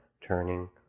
turning